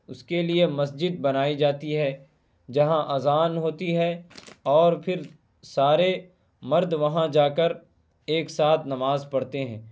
اس کے لیے مسجد بنائی جاتی ہے جہاں اذان ہوتی ہے اور پھر سارے مرد وہاں جا کر ایک ساتھ نماز پڑھتے ہیں